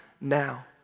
now